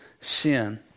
sin